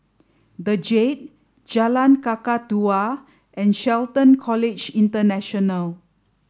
the Jade Jalan Kakatua and Shelton College International